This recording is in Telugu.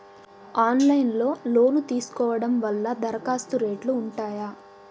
ఆన్లైన్ లో లోను తీసుకోవడం వల్ల దరఖాస్తు రేట్లు ఉంటాయా?